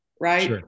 right